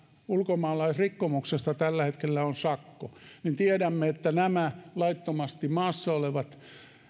ulkomaalaisrikkomuksesta tällä hetkellä on sakko niin tiedämme että nämä laittomasti maassa olevat